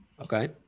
Okay